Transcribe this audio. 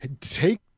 take